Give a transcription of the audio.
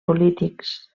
polítics